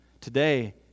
today